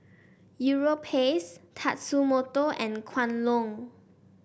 Europace Tatsumoto and Kwan Loong